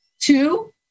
two